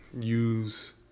use